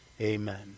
Amen